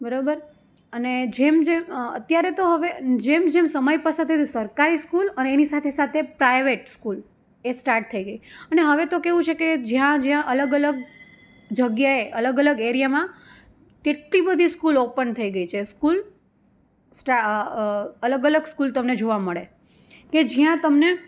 બરોબર અને જેમ જેમ અત્યારે તો હવે જેમ જેમ સમય પસાર થાય સરકારી સ્કૂલ અને એની સાથે સાથે પ્રાઇવેટ સ્કૂલ એ સ્ટાર્ટ થઈ ગઈ અને હવે તો કેવું છે કે જ્યાં જ્યાં અલગ અલગ જગ્યાએ અલગ અલગ એરિયામાં કેટલી બધી સ્કૂલો ઓપન થઈ ગઈ છે સ્કૂલ સ્ટા અલગ અલગ સ્કૂલ તમને જોવા મળે કે જ્યાં તમને